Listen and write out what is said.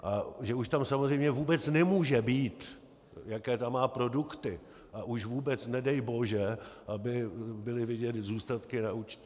A že už tam samozřejmě vůbec nemůže být, jaké tam má produkty, a už vůbec, nedej bože, aby byly vidět zůstatky na účtě.